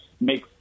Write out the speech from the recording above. make